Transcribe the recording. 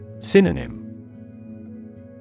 Synonym